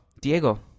Diego